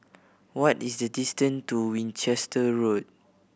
what is the distan to Winchester Road